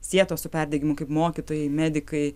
sietos su perdegimu kaip mokytojai medikai